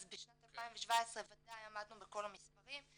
בשנת 2017 ודאי עמדנו בכל המספרים,